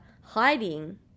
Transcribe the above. hiding